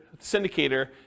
syndicator